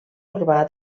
urbà